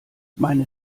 meine